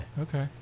Okay